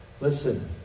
Listen